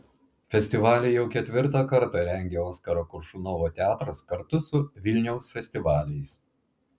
festivalį jau ketvirtą kartą rengia oskaro koršunovo teatras kartu su vilniaus festivaliais